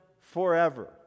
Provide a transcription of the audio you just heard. forever